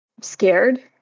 scared